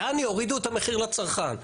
יעני הורידו את המחיר לצרכן.